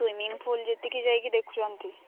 swimming pool ଯେତିକି ଯାଇକି ଦେଖୁଛନ୍ତି